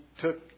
took